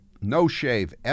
no-shave